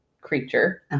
creature